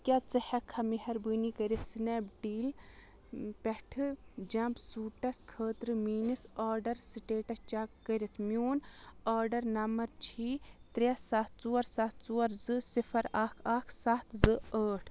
کیٛاہ ژٕ ہؠکہٕ مہربٲنی کٔرتھ سنیپ ڈیٖل پؠٹھ جمپ سوٗٹس خٲطرٕ میٲنس آرڈرٕچ سٹیٹس چیک کٔرتھ میون آرڈر نمبر چھی ترٛےٚ سَتھ ژور سَتھ ژور زٕ صِفَر اَکھ اَکھ سَتھ زٕ ٲٹھ